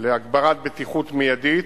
להגברת בטיחות מיידית.